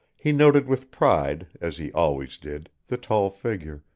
he noted with pride, as he always did, the tall figure,